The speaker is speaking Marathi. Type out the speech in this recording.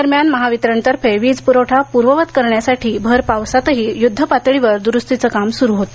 दरम्यान महावितरणतर्फे वीजप्रवठा प्रर्ववत करण्यासाठी भरपावसातही युद्धपातळीवर दुरुस्तीची कामे सुरू होती